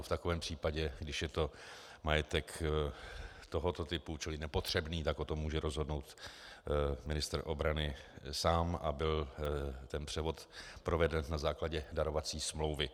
V takovém případě, když je to majetek tohoto typu, čili nepotřebný, tak o tom může rozhodnout ministr obrany sám a byl ten převod proveden na základě darovací smlouvy.